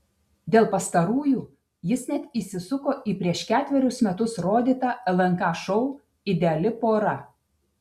dėl pastarųjų jis net įsisuko į prieš ketverius metus rodytą lnk šou ideali pora